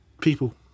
people